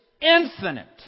infinite